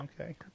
Okay